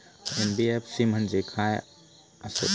NBFC म्हणजे खाय आसत?